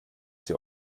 sie